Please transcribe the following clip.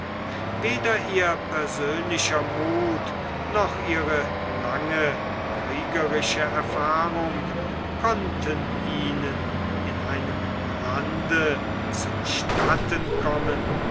weder ihr persönlicher muth noch ihre lange kriegerische erfahrung konnten ihnen in einem lande zu statten kommen